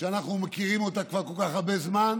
שאנחנו מכירים אותה כבר כל כך הרבה זמן,